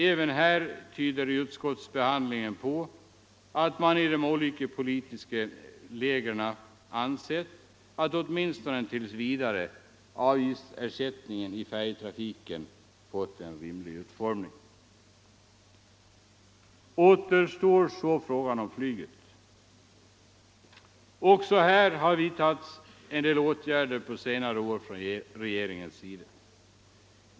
Även här tyder utskottsbehandlingen på att man i de olika politiska lägren ansett att — åtminstone tills vidare — avgiftssättningen i färjetrafiken fått en rimlig utformning. Återstår så frågan om flyget. Även här har regeringen vidtagit en del åtgärder på senare år.